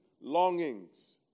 longings